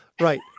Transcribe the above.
right